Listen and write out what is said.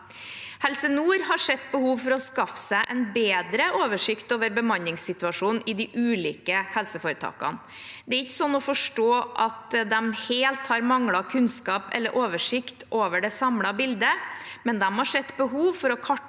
Helse nord har sett behov for å skaffe seg en bedre oversikt over bemanningssituasjonen i de ulike helseforetakene. Det er ikke slik å forstå at de helt har manglet kunnskap eller oversikt over det samlede bildet, men de har sett behov for å kartlegge